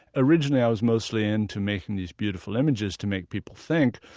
originally i was mostly into making these beautiful images to make people think,